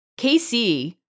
KC